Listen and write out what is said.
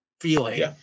feeling